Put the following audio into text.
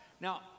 Now